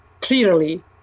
clearly